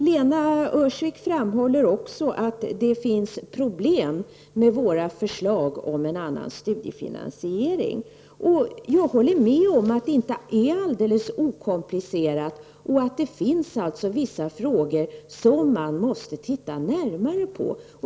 Lena Öhrsvik framhåller också att det finns problem med våra förslag om en annan studiefinansiering. Jag håller med om att det inte är alldeles okomplicerat och att det finns vissa frågor som man måste titta närmare på.